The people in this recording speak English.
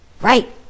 right